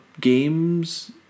games